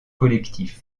collectif